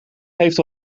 heeft